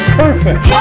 perfect